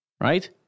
right